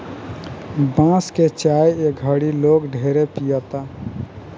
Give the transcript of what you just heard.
बांस के चाय ए घड़ी लोग ढेरे पियता